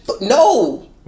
No